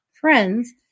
friends